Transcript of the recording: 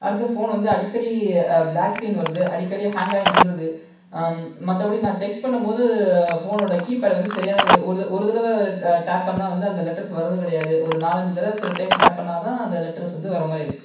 அடுத்து ஃபோன் வந்து அடிக்கடி பிளாக் ஸ்கிரீன் வருது அடிக்கடி ஹேங் ஆகி நின்றுது மற்றபடி நான் டெக்ஸ்ட் பண்ணும்போது ஃபோனோடய கீபேட் வந்து சரியான முறை ஒரு ஒரு தடவை டேக் பண்ணால் வந்து அந்த லெட்டர்ஸ் வரது கிடையாது ஒரு நாலு அஞ்சு தடவை சில டைம் டேக் பண்ணால்தான் அந்த லெட்டர்ஸ் வந்து வர மாதிரி இருக்குது